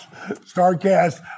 Starcast